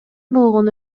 болгону